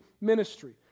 ministry